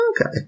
Okay